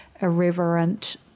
irreverent